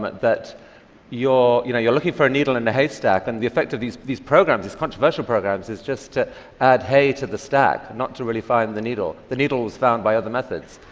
but that you're you know you're looking for needle in a haystack, and the effects of these these programs, these controversial programs, is just to add hay to the stack, not to really find the needle. the needle was found by other methods.